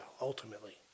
Ultimately